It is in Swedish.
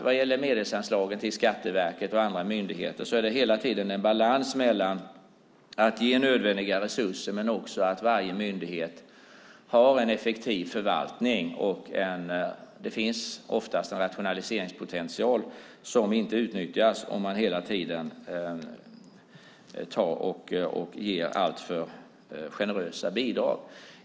Vad gäller medelsanslagen till Skatteverket och andra myndigheter är det hela tiden fråga om en balans mellan att ge nödvändiga resurser och att varje myndighet har en effektiv förvaltning. Det finns oftast en rationaliseringspotential som inte utnyttjas om man hela tiden ger alltför generösa bidrag.